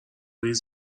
ریز